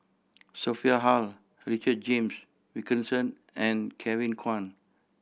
Sophia Hull Richard James Wilkinson and Kevin Kwan